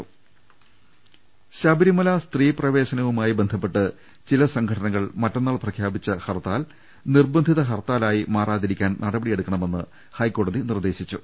രുട്ട്ട്ട്ട്ട്ട്ട്ട ശബരിമല സ്ത്രീ പ്രവേശനവുമായി ബന്ധപ്പെട്ട് ചില സംഘടനകൾ മറ്റന്നാൾ പ്രഖ്യാപിച്ച ഹർത്താൽ നിർബന്ധിത ഹർത്താലായി മാറാതിരി ക്കാൻ നടപടിയെടുക്കണമെന്ന് ഹൈക്കോടതി നിർദ്ദേശിച്ചു